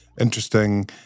interesting